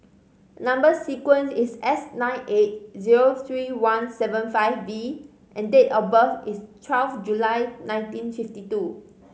number sequence is S nine eight zero three one seven five V and date of birth is twelve July nineteen fifty two